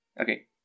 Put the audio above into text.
Okay